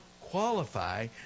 qualify